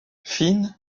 fin